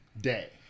day